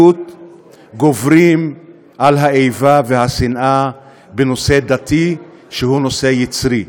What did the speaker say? גוברים על האיבה והשנאה בנושא דתי שהוא נושא יצרי.